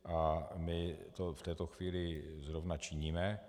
A my to v této chvíli zrovna činíme.